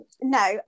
No